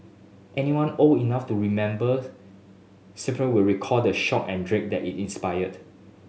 anyone old enough to remember will recall the shock and dread that it inspired